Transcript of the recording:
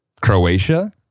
Croatia